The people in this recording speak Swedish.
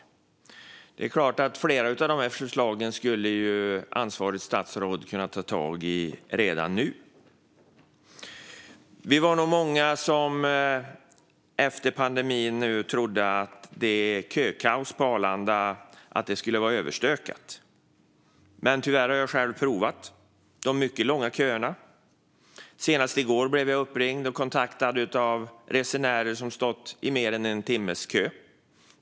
Det är klart att flera av förslagen skulle det ansvariga statsrådet kunna ta tag i redan nu. Vi var nog många som efter pandemin nu trodde att kökaoset på Arlanda skulle vara överstökat. Men tyvärr har jag själv provat de mycket långa köerna. Senast i går blev jag uppringd och kontaktad av resenärer som stått i mer än en timme.